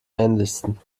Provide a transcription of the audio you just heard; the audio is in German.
ähnlichsten